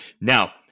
Now